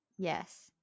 Yes